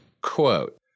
Quote